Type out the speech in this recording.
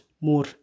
more